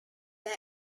that